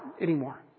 anymore